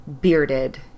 bearded